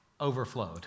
overflowed